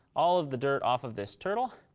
all of the dirt off of this turtle.